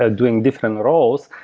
ah doing different roles,